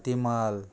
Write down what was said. Timal